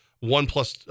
one-plus